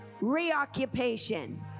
Reoccupation